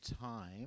time